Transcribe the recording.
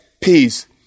peace